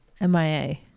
MIA